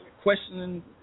questioning